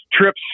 trips